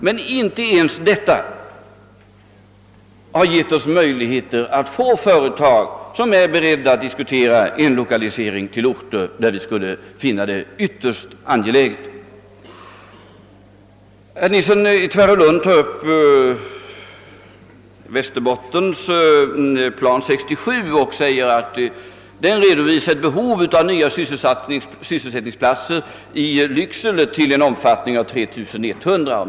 Men inte ens då har vi kunnat få företag som är beredda att diskutera en lokalisering till orter, där vi skulle finna en sådan förläggning ytterst angelägen. Herr Nilsson i Tvärålund har vidare tagit upp frågan om Västerbottens länsplan 67, som skulle redovisa ett behov av nya sysselsättningsplatser till ett antal av 3 100.